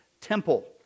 Temple